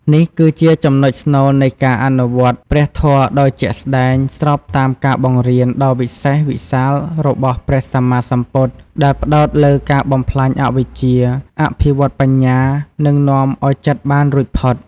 នេះគឺជាចំណុចស្នូលនៃការអនុវត្តព្រះធម៌ដោយជាក់ស្ដែង ស្របតាមការបង្រៀនដ៏វិសេសវិសាលរបស់ព្រះសម្មាសម្ពុទ្ធ ដែលផ្ដោតលើការបំផ្លាញអវិជ្ជា អភិវឌ្ឍបញ្ញា និងនាំឲ្យចិត្តបានរួចផុត។